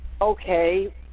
okay